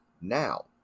Now